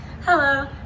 Hello